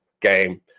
game